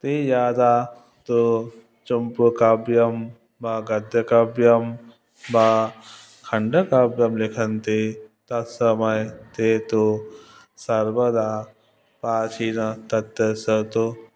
ते यदा तु चम्पूकाव्यं वा गद्यकाव्यं वा खण्डकाव्यं लिखन्ति तत्समये ते तु सर्वदा प्राचीनं तत्त्वस्य तु